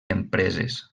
empreses